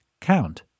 Count